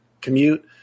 commute